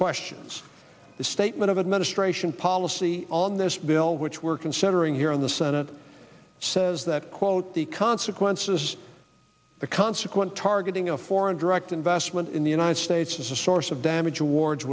questions the statement of administration policy on this bill which we're considering here in the senate says that quote the consequences the consequent targeting a foreign direct investment in the united states is a source of damage awards